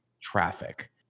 traffic